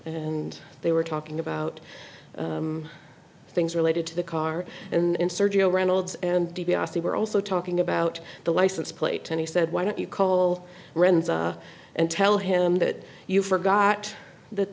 and they were talking about things related to the car and sergio reynolds and dibiase were also talking about the license plate and he said why don't you call rends and tell him that you forgot that